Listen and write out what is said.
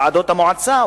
ועדות מועצה,